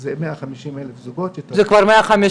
זה 150,000 זוגות --- זה כבר 150,000,